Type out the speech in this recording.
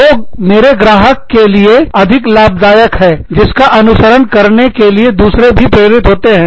जो मेरे ग्राहक के लिए अधिक लाभदायक है जिसका अनुसरण करने के लिए दूसरे भी प्रेरित होते हैं